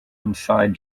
inside